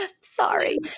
Sorry